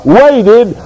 waited